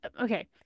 okay